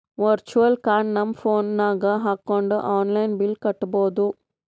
virtual card ನಮ್ phone ನಾಗ್ ಹಾಕೊಂಡ್ ಆನ್ಲೈನ್ ಬಿಲ್ ಕಟ್ಟಬೋದು